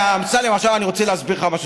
אמסלם, עכשיו אני רוצה להסביר לך משהו.